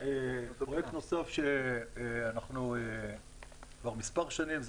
פרויקט נוסף שקיים כבר מספר שנים זה